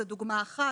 זו דוגמה אחת,